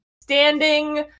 standing